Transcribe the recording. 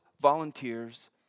volunteers